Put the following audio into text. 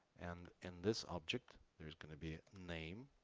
and in this object there is going to be name